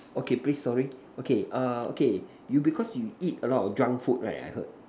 okay please sorry okay err okay because you eat a lot of drunk food right I hear